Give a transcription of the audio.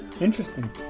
Interesting